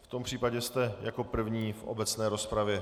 V tom případě jste jako první v obecné rozpravě.